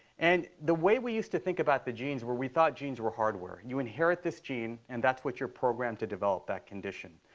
and the way we used to think about the genes were we thought genes were hardware. you inherit this gene, and that's what your programmed to develop that condition.